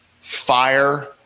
fire